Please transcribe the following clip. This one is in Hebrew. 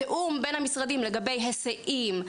התיאום בין המשרדים לגבי היסעים,